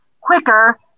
quicker